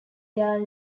their